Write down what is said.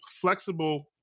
flexible